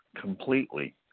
completely